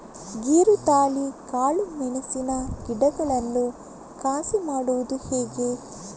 ಗೇರುತಳಿ, ಕಾಳು ಮೆಣಸಿನ ಗಿಡಗಳನ್ನು ಕಸಿ ಮಾಡುವುದು ಹೇಗೆ?